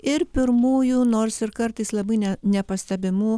ir pirmųjų nors ir kartais labai ne nepastebimų